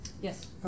Yes